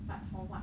but for what